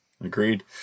Agreed